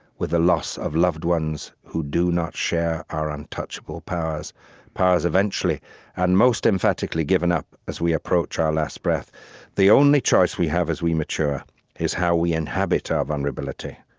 with the loss of loved ones who do not share our untouchable powers powers eventually and most emphatically given up, as we approach our last breath the only choice we have as we mature is how we inhabit our vulnerability,